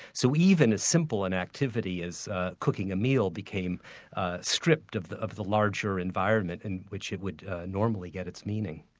so even as simple an activity as cooking a meal, became stripped of the of the larger environment in which would normally get its meaning.